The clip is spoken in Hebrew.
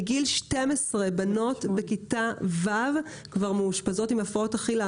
מגיל 12. בנות בכיתה ו' כבר מאושפזות עם הפרעות אכילה.